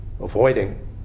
avoiding